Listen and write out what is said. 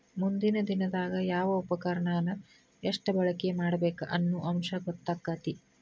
ಮುಂದಿನ ದಿನದಾಗ ಯಾವ ಉಪಕರಣಾನ ಎಷ್ಟ ಬಳಕೆ ಮಾಡಬೇಕ ಅನ್ನು ಅಂಶ ಗೊತ್ತಕ್ಕತಿ